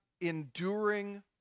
enduring